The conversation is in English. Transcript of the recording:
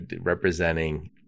representing